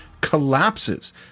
collapses